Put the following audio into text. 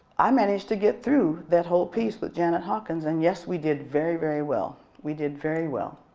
i managed to get through that whole piece with janet hawkins and yes, we did very very well. we did very well.